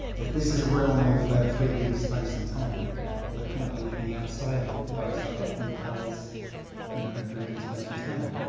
if this is a realm over three d space and time, yeah well there can't be anything outside it because that implies you know, three d space and time.